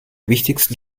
wichtigsten